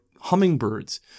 hummingbirds